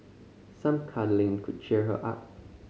some cuddling could cheer her up